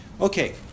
Okay